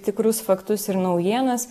tikrus faktus ir naujienas